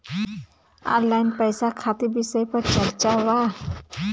Online पैसा खातिर विषय पर चर्चा वा?